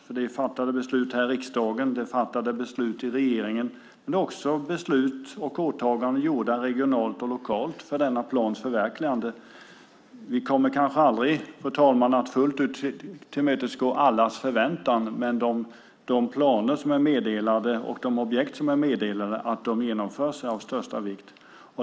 Och det är fattade beslut här i riksdagen och fattade beslut i regeringen, men det är också beslut och åtaganden gjorda regionalt och lokalt för denna plans förverkligande. Vi kommer kanske aldrig, fru talman, att fullt ut tillmötesgå allas förväntningar, men att de planer och objekt som är meddelade genomförs är av största vikt.